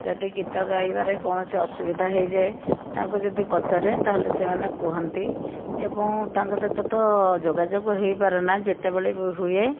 ଯଦି ଗୀତ ଗାଇବାରେ କୌଣସି ଅସୁବିଧା ହେଇଯାଏ ତାଙ୍କୁ ଯଦି ପଚାରେ ତାହାଲେ ସେମାନେ କୁହନ୍ତି ଏବଂ ତାଙ୍କ ସହିତ ତ ଯୋଗାଯୋଗ ହେଇପାରୁନାହିଁ ଯେତେବେଳେ ବି ହୁଏ